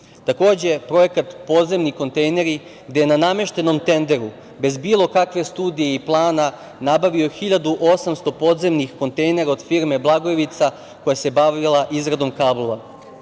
namenu. Takođe, projekat - podzemni kontejneri gde je na nameštenom tenderu bez bilo kakve studije i plana nabavio 1.800 podzemni kontejnera od firme „Blagojevica“, koja se bavila izradom kablova.